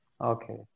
Okay